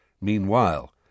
Meanwhile